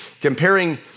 comparing